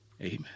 Amen